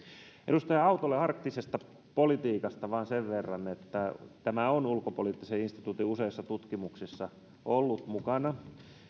edustaja autolle arktisesta politiikasta vain sen verran että tämä on ulkopoliittisen instituutin useissa tutkimuksissa ollut mukana